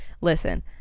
listen